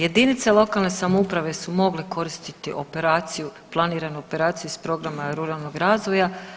Jedinice lokalne samouprave su mogle koristiti operaciju, planiranu operaciju iz programa ruralnog razvoja.